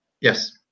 Yes